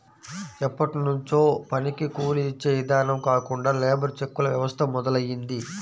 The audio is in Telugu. ఎప్పట్నుంచో పనికి కూలీ యిచ్చే ఇదానం కాకుండా లేబర్ చెక్కుల వ్యవస్థ మొదలయ్యింది